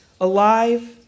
alive